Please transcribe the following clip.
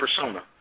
persona